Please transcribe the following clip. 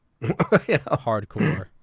hardcore